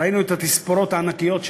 ראינו את התספורות הענקיות,